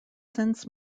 since